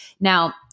now